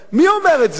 מי אומר את זה?